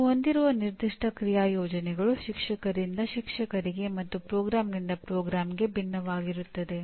ನೀವು ಹೊಂದಿರುವ ನಿರ್ದಿಷ್ಟ ಕ್ರಿಯಾ ಯೋಜನೆಗಳು ಶಿಕ್ಷಕರಿಂದ ಶಿಕ್ಷಕರಿಗೆ ಮತ್ತು ಕಾರ್ಯಕ್ರಮದಿಂದ ಕಾರ್ಯಕ್ರಮಕ್ಕೆ ಭಿನ್ನವಾಗಿರುತ್ತದೆ